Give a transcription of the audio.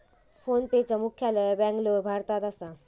फोनपेचा मुख्यालय बॅन्गलोर, भारतात असा